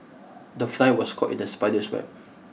the fly was caught in the spider's web